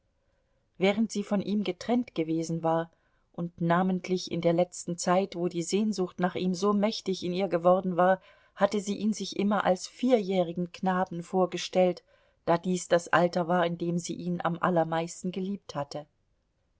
während sie von ihm getrennt gewesen war und namentlich in der letzten zeit wo die sehnsucht nach ihm so mächtig in ihr geworden war hatte sie ihn sich immer als vierjährigen knaben vorgestellt da dies das alter war in dem sie ihn am allermeisten geliebt hatte